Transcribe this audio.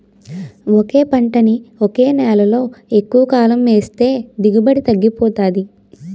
ఒకే పంటని ఒకే నేలలో ఎక్కువకాలం ఏస్తే దిగుబడి తగ్గిపోతాది